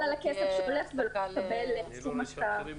חבל על הכסף שהולך ולא נקבל סכום השקעה.